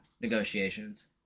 negotiations